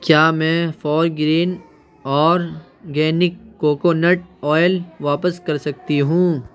کیا میں Forgreen organic coconut oil واپس کر سکتی ہوں